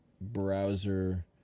Browser